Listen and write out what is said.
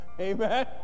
Amen